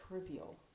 trivial